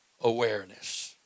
awareness